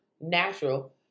natural